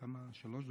כנסת נכבדה,